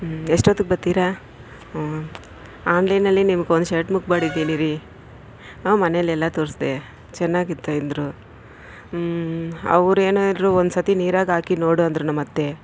ಹ್ಞೂ ಎಷ್ಟೊತ್ತಿಗೆ ಬರ್ತೀರಾ ಹಾಂ ಆನ್ಲೈನ್ನಲ್ಲಿ ನಿಮಗೊಂದು ಶಟ್ ಬುಕ್ ಮಾಡಿದ್ದೀನಿ ರೀ ಹಾಂ ಮನೇಲೆಲ್ಲ ತೋರಿಸ್ದೆ ಚೆನ್ನಾಗಿತ್ತು ಎಂದರು ಅವ್ರೇನಾದರು ಒಂದ್ಸತಿ ನೀರಾಗೆ ಹಾಕಿ ನೋಡು ಅಂದರು ನಮ್ಮತ್ತೆ